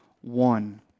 one